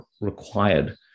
required